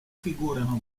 figurano